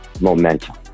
momentum